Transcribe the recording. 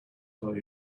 tell